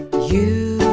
you